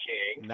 King